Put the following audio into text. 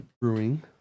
Brewing